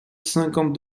cinquante